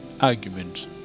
argument